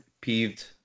peeved